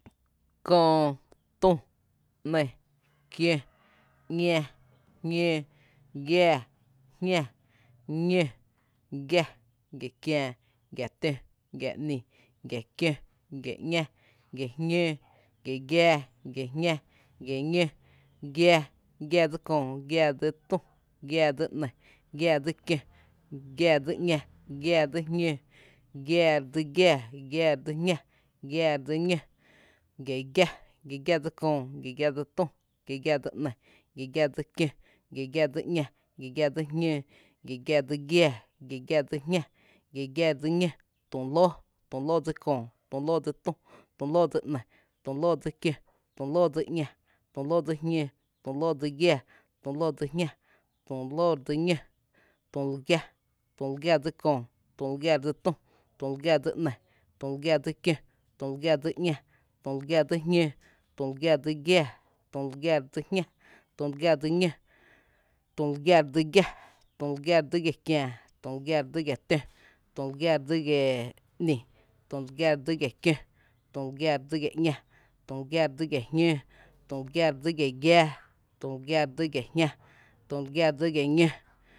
Köö, tü, ‘nɇ, kiǿ, ‘ñá, jñóó, giaa, jñá, ñó, giá, giakiää, gia tǿ, gia ‘ni, gia kiǿ, gia ‘ñá, gia jñǿǿ, gi giaa, gia jñá, gia ñó, giaa, giaa dsí Köö, giaa dsí tü, giaa dsí ‘ní, giaa dsí kiǿ, giaa dsí ‘ñá, giaa dsí jñǿǿ, gia dsí giáá, gia dsí jñá, gia dsí ñó, gi giⱥ, gi giⱥ dsí köö, gi giⱥ dsí tü, gi giⱥ dsí ‘ni, gi giⱥ dsí kió, gi giⱥ dsí ‘ñá, gi giⱥ dsí jñǿǿ, gi giⱥ dsí giáá, gi giⱥ dsí jñá, gi giⱥ dsí ñó, tu lǿǿ, tu lǿǿ dsi köö, tu lǿǿ dsi tü, tu lǿǿ dsi ‘ni, tu lǿǿ dsi kió, tu lǿǿ dsi ‘ñá, tu lǿǿ dsi jñǿǿ, tu lǿǿ dsi giaa, tu lǿǿ dsi jñá, tu lǿǿ dsi ñó, tü lu giá, tü lu giá dsí köö, tü lu giá dsi tü, tü lu giá dsi ´ni, tü lu giá dsi kió, tü lu giá dsi ´ñá, tü lu giá dsi jñǿǿ, tü lu giá dsi giaa, tü lu giá dsi jñá, tü lu giá dsi ñó, tü lu gia dsi giá,, tü lu gia dsi giá kiää,, tü lu gia dsi giá tǿ, tü lu gia dsi ‘ni, tü lu gia dsi giá kió, tü lu gia dsi giá ‘ña, tü lu gia dsi giá jñǿǿ, tü lu gia dsi giá giⱥⱥ, tü lu gia dsi giá jñá, tü lu gia dsi giá ñó